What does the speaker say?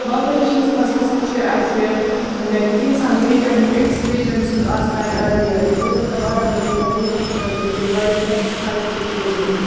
بابا ریٖشی یَس منٛز ہسا چھِ اَسہِ کیٚنژاہ لیجَنٛٹ أکِس لیجَنٛٹ سُنٛد آستان عالیہ تہِ یُس ہسا بارہمولہٕ کٮ۪ن لوٗکَن خٲطرٕ یِم واریاہ سٮ۪کرِفایِس تہِ چھُ کوٚرمُت